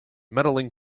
medaling